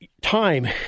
time